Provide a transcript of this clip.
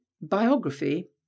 Biography